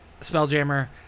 Spelljammer